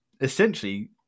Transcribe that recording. essentially